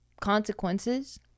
consequences